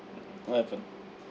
what happened